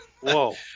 Whoa